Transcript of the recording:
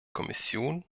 kommission